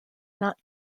not